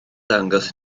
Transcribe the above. dangos